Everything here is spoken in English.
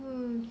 um